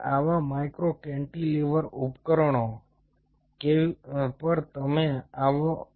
હવે આવા micro cantilever ઉપકરણો પર તમે